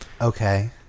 Okay